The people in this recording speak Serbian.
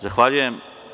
Zahvaljujem.